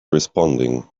responding